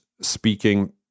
speaking